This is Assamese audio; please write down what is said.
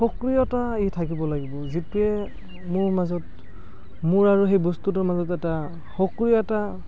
সক্ৰিয়তা ই থাকিব লাগিব যিটোৱে মোৰ মাজত মোৰ আৰু সেই বস্তুটোৰ মাজত এটা সক্ৰিয়তা